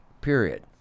Period